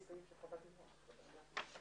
המשפטי יסתכל ויהיה אפשר לעשות את התהליכים שרוצים.